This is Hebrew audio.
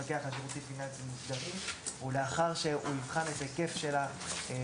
המפקח על שירותים פיננסיים מוסדרים ולאחר שהוא יבחן את היקף הפעילות